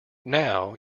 now